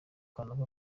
kanaka